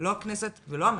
לא הכנסת ולא הממשלה,